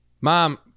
mom